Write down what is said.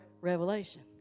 Revelation